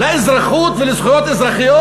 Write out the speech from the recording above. לאזרחות ולזכויות אזרחיות.